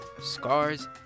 Scars